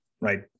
right